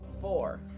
Four